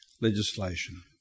Legislation